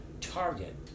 target